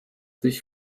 sich